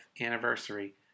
anniversary